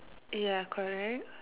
ya correct